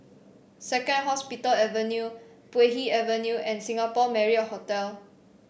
Second Hospital Avenue Puay Hee Avenue and Singapore Marriott Hotel